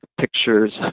pictures